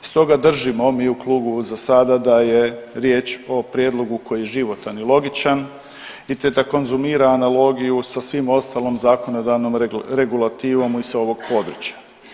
I stoga držimo mi u klubu zasada da je riječ o prijedlogu koji je životan i logičan i te da konzumira analogiju sa svim ostalom zakonodavnom regulativom sa ovog područja.